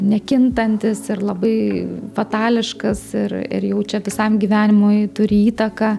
nekintantis ir labai fatališkas ir ir jau čia visam gyvenimui turi įtaką